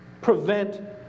prevent